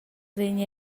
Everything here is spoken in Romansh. vegn